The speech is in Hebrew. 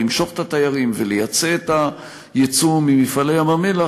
למשוך את התיירים ולייצא את היצוא מ"מפעלי ים-המלח",